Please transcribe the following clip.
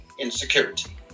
insecurity